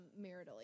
maritally